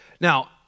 Now